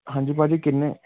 ਹਾਂਜੀ ਭਾਅ ਜੀ ਕਿੰਨੇ